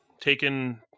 taken